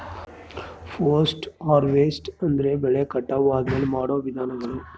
post harvest ಅಂದ್ರೆ ಬೆಳೆ ಕಟಾವು ಆದ್ಮೇಲೆ ಮಾಡೋ ವಿಧಾನಗಳು